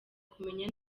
kumenya